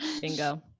Bingo